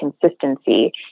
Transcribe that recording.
consistency